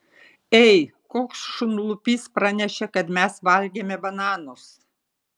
ei koks šunlupys pranešė kad mes valgėme bananus